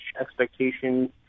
expectations